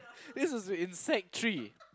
this was in sec three